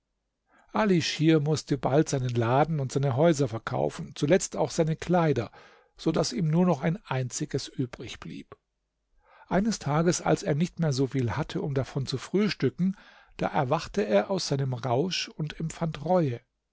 ali schir mußte bald seinen laden und seine häuser verkaufen zuletzt auch seine kleider so daß ihm nur noch ein einziges übrig blieb eines tages als er nicht mehr so viel hatte um davon zu frühstücken da erwachte er aus seinem rausch und empfand reue